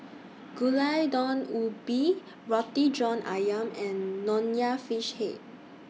Gulai Daun Ubi Roti John Ayam and Nonya Fish Head